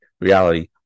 reality